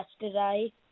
yesterday